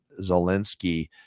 Zelensky